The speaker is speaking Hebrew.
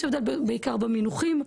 יש הבדל בעיקר במינוחים,